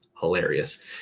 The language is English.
hilarious